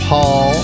Paul